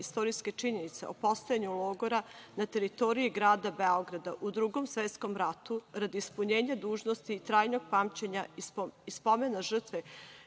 istorijske činjenice i postojanju logora na teritoriji grada Beograda, u Drugom svetskom ratu, radi ispunjenja dužnosti trajnog pamćenja i spomen na žrtve